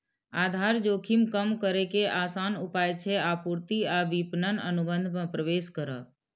आधार जोखिम कम करै के आसान उपाय छै आपूर्ति आ विपणन अनुबंध मे प्रवेश करब